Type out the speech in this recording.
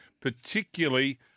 particularly